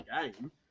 game